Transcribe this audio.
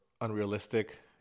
unrealistic